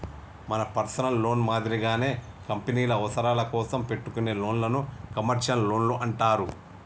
మన personal loan మాదిరిగానే కంపెనీల అవసరాల కోసం పెట్టుకునే లోన్లను కమర్షియల్ లోన్లు అంటారు